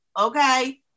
okay